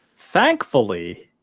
thankfully,